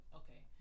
okay